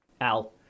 Al